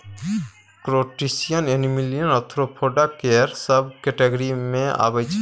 crustacean एनीमिलियाक Arthropoda केर सब केटेगिरी मे अबै छै